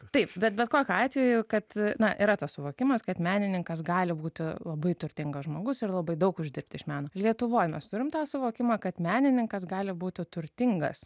taip bet bet kokiu atveju kad na yra tas suvokimas kad menininkas gali būti labai turtingas žmogus ir labai daug uždirbti iš meno lietuvoje mes turime tą suvokimą kad menininkas gali būti turtingas